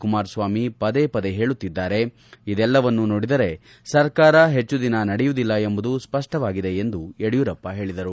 ಕುಮಾರಸ್ವಾಮಿ ಪದೇ ಪದೇ ಹೇಳುತ್ತಿದ್ದಾರೆ ಇದೆಲ್ಲವನ್ನೂ ಸೋಡಿದರೆ ಸರ್ಕಾರ ಹೆಚ್ಚು ದಿನ ನಡೆಯುವುದಿಲ್ಲ ಎಂಬುದು ಸ್ಪಷ್ಟವಾಗಿದೆ ಎಂದು ಯಡಿಯೂರಪ್ಪ ಹೇಳಿದರು